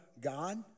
God